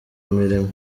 imirimo